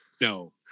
No